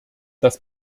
das